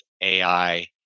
AI